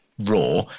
raw